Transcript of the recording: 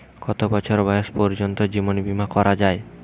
কত বছর বয়স পর্জন্ত জীবন বিমা করা য়ায়?